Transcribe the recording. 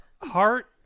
heart